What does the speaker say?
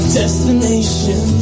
destination